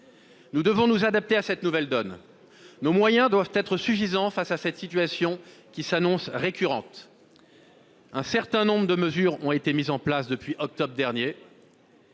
Nous devons nous adapter à cette nouvelle donne. Nos moyens doivent être suffisants face à cette situation, qui s'annonce récurrente. Un certain nombre de mesures ont été mises en place depuis le mois d'octobre dernier.